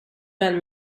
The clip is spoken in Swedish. vän